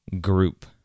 group